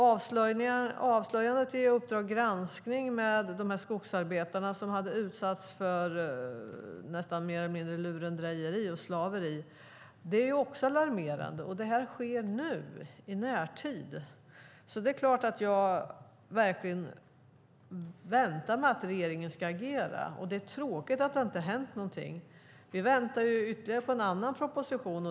Avslöjandet i Uppdrag granskning om skogsarbetarna som mer eller mindre hade utsatts för lurendrejeri och slaveri är också alarmerande. Och det här sker nu, i närtid. Det är klart att jag verkligen väntar mig att regeringen ska agera, och det är tråkigt att det inte har hänt någonting. Vi väntar ju på ytterligare en proposition.